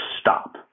stop